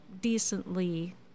decently